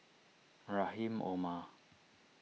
Rahim Omar